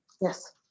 Yes